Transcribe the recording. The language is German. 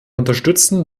unterstützen